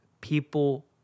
people